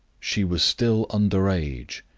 she was still under age,